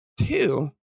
two